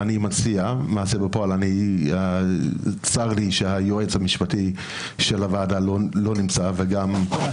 צר לי שהיועץ המשפטי של הוועדה לא נמצא וגם היושב ראש.